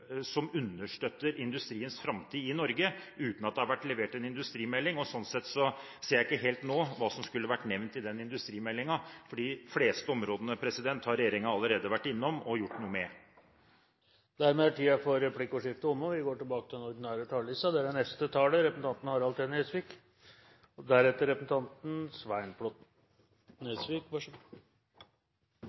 som understøtter industriens framtid i Norge, uten at det har vært levert en industrimelding. Sånn sett ser jeg ikke helt nå hva som skulle vært nevnt i den industrimeldingen, for de fleste områdene har regjeringen allerede vært innom og gjort noe med. Replikkordskiftet er omme. I likhet med komiteens leder Terje Aasland har jeg også tenkt å bruke mesteparten av innlegget mitt til